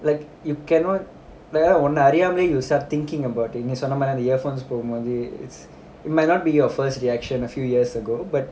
like you cannot இல்லஉன்னஅறியாமையே:illa unna ariyamaiye you start thinking about it நீசொன்னமாதிரியேஅந்த:ni sonna mathiriye antha the earphones போடும்போது:podum podu it's it might not be your first reaction a few years ago but